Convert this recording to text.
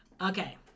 Okay